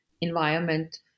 environment